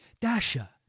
Dasha